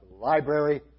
library